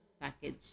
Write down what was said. package